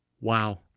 Wow